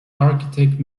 architect